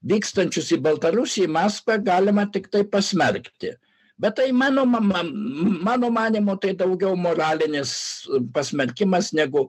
vykstančius į baltarusiją į maskvą galima tiktai pasmerkti bet tai mano mama mano manymu tai daugiau moralinis pasmerkimas negu